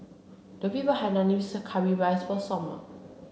Lovey bought Hainanese curry rice for Sommer